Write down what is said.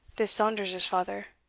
this saunders's father,